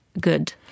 good